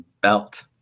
belt